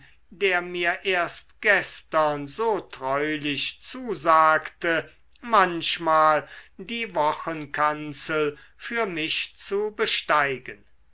der mir erst gestern so treulich zusagte manchmal die wochenkanzel für mich zu besteigen